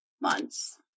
Months